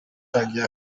ntangiye